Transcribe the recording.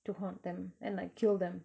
to haunt them and like kill them